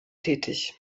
tätig